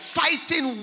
fighting